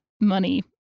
money